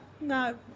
No